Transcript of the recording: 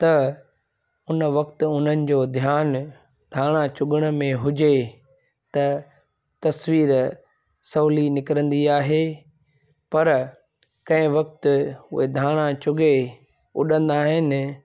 त उन वक़्ति उन्हनि जो ध्यानु धाणा चुॻण में हुजे त तस्वीर सवली निकिरंदी आहे पर कंहिं वक़्ति उहे धाणा चुॻे उॾंदा आहिनि